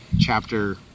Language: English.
chapter